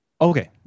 Okay